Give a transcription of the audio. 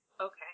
okay